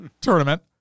tournament